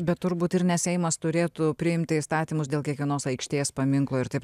bet turbūt ir ne seimas turėtų priimti įstatymus dėl kiekvienos aikštės paminklo ir taip